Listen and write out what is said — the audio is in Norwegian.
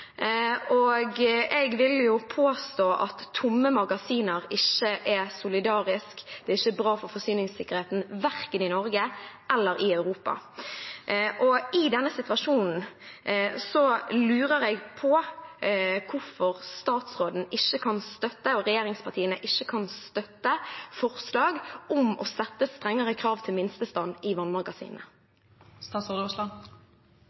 Jeg vil påstå at tomme magasiner ikke er solidarisk. Det er ikke bra for forsyningssikkerheten, verken i Norge eller i Europa. I denne situasjonen lurer jeg på hvorfor ikke statsråden og regjeringspartiene kan støtte forslag om å sette strengere krav til minste vannstand i